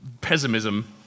pessimism